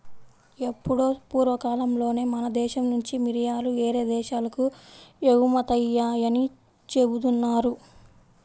ఎప్పుడో పూర్వకాలంలోనే మన దేశం నుంచి మిరియాలు యేరే దేశాలకు ఎగుమతయ్యాయని జెబుతున్నారు